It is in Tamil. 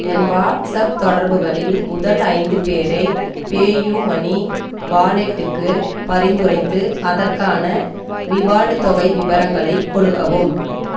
என் வாட்ஸ்ஆப் தொடர்புகளில் முதல் ஐந்து பேரை பேயூ மணி வாலெட்டுக்கு பரிந்துரைத்து அதற்கான ரிவார்டு தொகை விவரங்களை கொடுக்கவும்